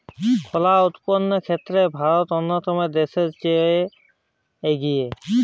কলা উৎপাদনের ক্ষেত্রে ভারত অন্যান্য দেশের চেয়ে এগিয়ে